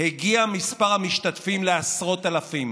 הגיע מספר המשתתפים לעשרות אלפים,